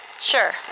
Sure